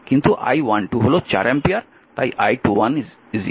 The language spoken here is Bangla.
কিন্তু I12 হল 4 অ্যাম্পিয়ার